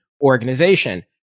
organization